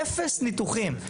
אפס ניתוחים.